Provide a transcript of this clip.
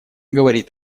говорит